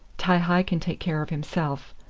ti-hi can take care of himself.